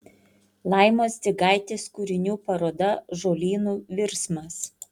laimos dzigaitės kūrinių paroda žolynų virsmas